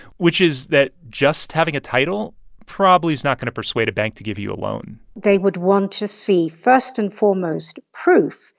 which is that just having a title probably is not going to persuade a bank to give you a loan they would want to see, first and foremost, proof,